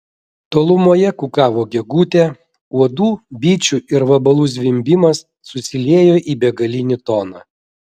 tolumoje kukavo gegutė uodų bičių ir vabalų zvimbimas susiliejo į begalinį toną